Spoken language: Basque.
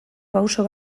pauso